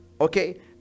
okay